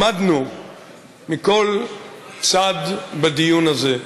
למדנו מכל צד בדיון הזה.